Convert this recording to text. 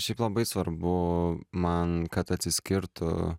šiaip labai svarbu man kad atsiskirtų